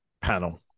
panel